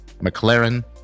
McLaren